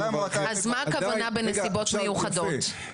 אם כן, מה הכוונה בנסיבות מיוחדות?